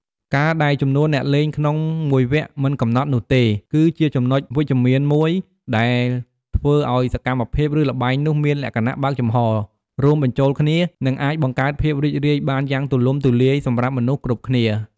ការដែលចំនួនអ្នកលេងក្នុងមួយវគ្គមិនកំណត់នោះទេ គឺជាចំណុចវិជ្ជមានមួយដែលធ្វើឲ្យសកម្មភាព ឬល្បែងនោះមាន លក្ខណៈបើកចំហ រួមបញ្ចូលគ្នា និងអាចបង្កើតភាពរីករាយបានយ៉ាងទូលំទូលាយ សម្រាប់មនុស្សគ្រប់គ្នា។